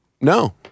No